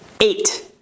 eight